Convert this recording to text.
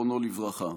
זיכרונו לברכה.